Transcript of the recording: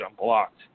unblocked